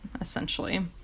essentially